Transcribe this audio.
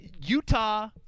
Utah